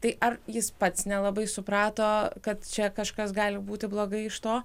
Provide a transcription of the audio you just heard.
tai ar jis pats nelabai suprato kad čia kažkas gali būti blogai iš to